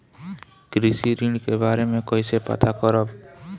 कृषि ऋण के बारे मे कइसे पता करब?